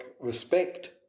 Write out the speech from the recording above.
respect